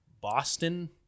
Boston